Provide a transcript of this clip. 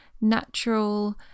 natural